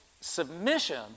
Submission